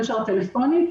הקשר הטלפוני,